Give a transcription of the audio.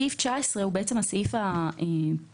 סעיף 19 הוא בעצם הסעיף הבסיסי,